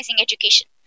education